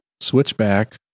Switchback